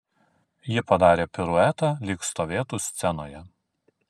ji padarė piruetą lyg stovėtų scenoje